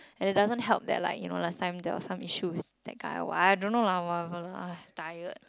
and it doesn't help that like you know last time there was some issue with that guy wh~ I don't know lah whatever lah ah tired